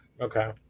Okay